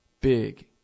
big